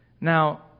Now